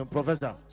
Professor